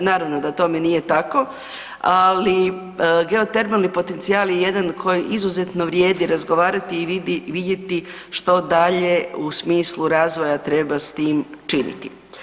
Naravno da tome nije tako, ali geotermalni potencijal je jedan koji izuzetno vrijedi razgovarati i vidjeti što dalje u smislu razvoja treba s tim činiti.